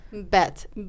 Bet